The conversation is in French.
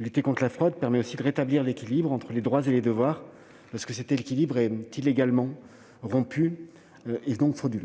et du citoyen ; cela permet aussi de rétablir l'équilibre entre les droits et les devoirs lorsque celui-ci est illégalement rompu. Les Français